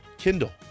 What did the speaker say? kindle